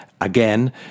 again